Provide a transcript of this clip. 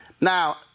Now